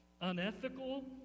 unethical